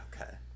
Okay